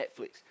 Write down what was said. Netflix